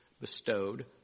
bestowed